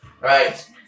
Right